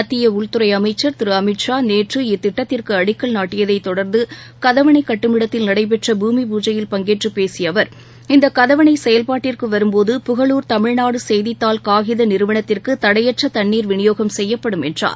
மத்திய உள்துறை அமைச்சர் திரு அமித் ஷா நேற்று இத்திட்டத்திற்கு அடிக்கல் நாட்டியதைத் தொடர்ந்து கதவணை கட்டுமிடத்தில் நடைபெற்ற பூமி பூஜையில் பங்கேற்றுப் பேசிய அவர் இந்தக் கதவணை செயல்பாட்டிற்கு வரும்போது புகளூர் தமிழ்நாடு செய்தித்தாள் காகித நிறுவனத்திற்கு தடையற்ற தண்ணீர் விநியோகம் செய்யப்படும் என்றார்